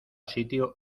sitio